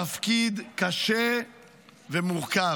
התפקיד קשה ומורכב.